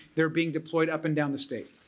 they're being deployed up and down the state.